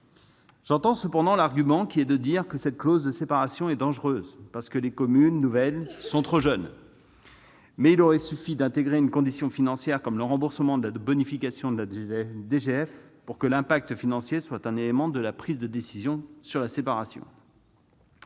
J'entends cependant l'argument qui consiste à dire que cette clause de séparation est dangereuse, les communes nouvelles étant trop jeunes. Il aurait pourtant suffi d'intégrer une condition financière, comme le remboursement de la bonification de la DGF, pour que l'impact financier soit pris en compte avant la décision de séparation.